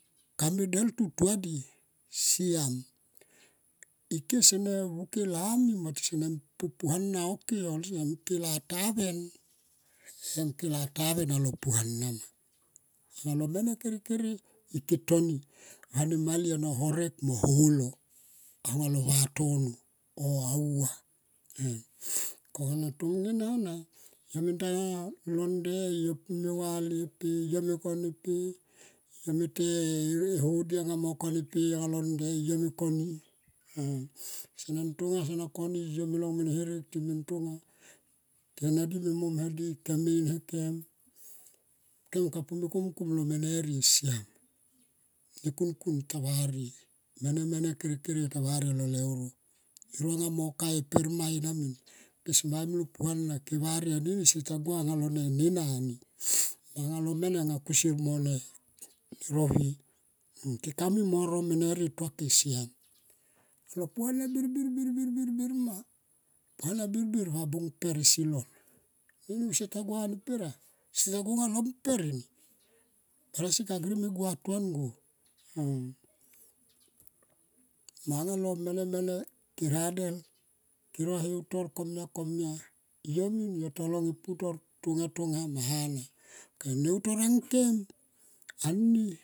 Kame deltu tua di slam ike sene vuke lami mo tisone po puano oh ke osem ke lataven em ke lataven alo puanama. Anga a lo mene kere kere ike toni anga ne malie ang no horek mo holo oh aunga lo vatonono oh au va em. Konga na tomung ena londe yo pu me vale pe yo pu me kon epe. Yo me to e hodie anga mo kon e pe anga lon nde yo me koni. Sanan tonga sona koni yo me long mene herek time tonga ti me in akem kem ka pu me komkom lo nene rie siam. Nekunkun tava rie mene kere kere yo ta varie alo leuro eronga mo ka e per mai ena min. Pe semai imlo puana ke varie anini sieta gua alo ne na ni mo alo me anga kusle mo ne rovie keka mui mo ro mene rie tua ke slam alo puano birbir ma puana birbir va bung per nesilon anini sieta gua tuan go. Mana no mene mene keradel ke ro e heutor komia komia. Yomin yo ta. A long e putor tonga ma hana ok ne utor ang kem ani.